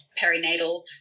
perinatal